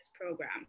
program